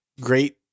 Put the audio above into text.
Great